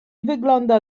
wygląda